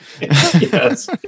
Yes